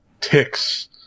ticks